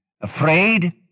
afraid